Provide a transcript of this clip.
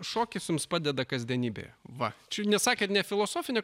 šokis jums padeda kasdienybėje va či nesakėt ne filosofinį